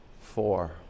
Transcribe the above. four